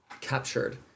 captured